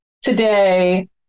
today